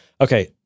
Okay